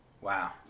Wow